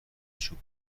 چوب